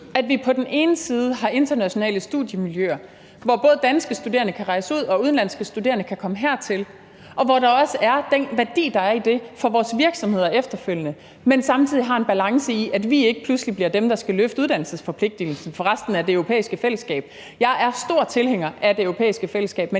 At vi på den ene side har internationale studiemiljøer, hvor både danske studerende kan rejse ud og udenlandske studerende kan komme hertil, og hvor der også er den værdi, der er i det, for vores virksomheder efterfølgende, men at vi på den anden side samtidig ikke pludselig bliver dem, der skal løfte uddannelsesforpligtigelsen for resten af det europæiske fællesskab. Jeg er stor tilhænger af det europæiske fællesskab,